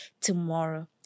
tomorrow